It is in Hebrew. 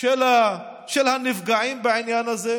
של הנפגעים בעניין הזה,